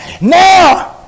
Now